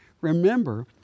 Remember